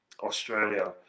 Australia